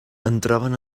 entraven